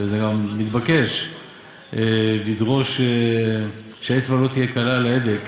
וזה גם מתבקש לדרוש, שהאצבע לא תהיה קלה על ההדק